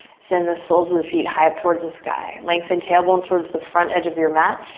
send the soles of the feet high up towards the sky. lengthen tailbone towards the front edge of your mat,